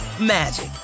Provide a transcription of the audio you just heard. magic